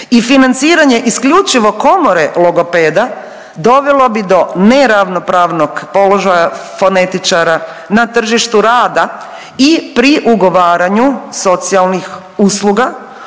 i financiranje isključivo komore logopeda dovelo bi do neravnopravnog položaja fonetičara na tržištu rada i pri ugovaranju socijalnih usluga,